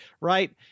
right